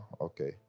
Okay